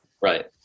Right